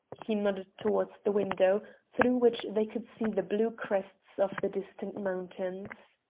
he nodded towards the window, through which they could see the blue crests of the distant mountains.